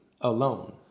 alone